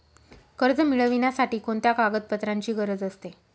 कर्ज मिळविण्यासाठी कोणत्या कागदपत्रांची गरज असते?